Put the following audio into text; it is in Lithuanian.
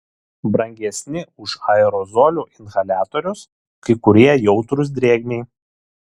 brangesni už aerozolių inhaliatorius kai kurie jautrūs drėgmei